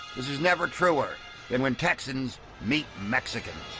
this is never truer than when texans meet mexicans.